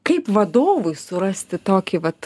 kaip vadovui surasti tokį vat